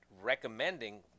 recommending